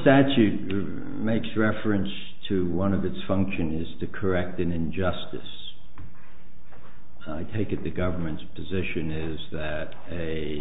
statute makes reference to one of its function is to correct an injustice i take it the government's position is that a